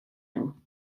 nhw